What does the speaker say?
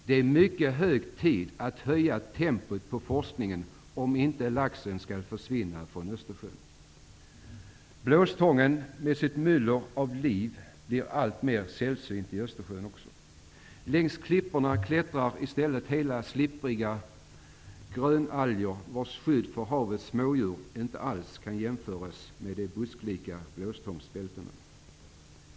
Det är verkligen hög tid att höja tempot beträffande forskningen; detta för att laxen inte skall försvinna från Östersjön. Blåstången med sitt myller av liv blir allt sällsyntare också i Östersjön. Längs klipporna klättrar i stället hala slippriga grönalger, vars skydd för havets smådjur inte alls kan jämföras med de busklika blåstångsbältena.